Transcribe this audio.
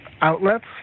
outlets